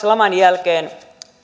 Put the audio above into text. laman jälkeen